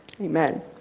Amen